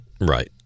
Right